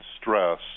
stress